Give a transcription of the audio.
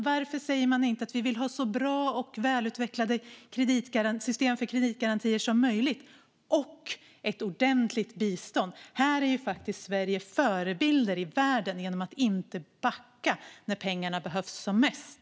Varför inte säga att vi vill ha så bra och välutvecklade system för kreditgarantier som möjligt och ett ordentligt bistånd? Här är ju faktiskt Sverige en förebild i världen genom att inte backa när pengarna behövs som mest.